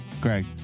greg